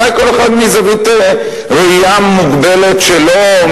אולי כל אחד מזווית ראייה מוגבלת שלו,